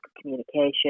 communication